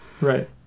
Right